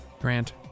Grant